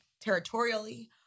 territorially